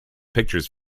pictures